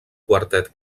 quartet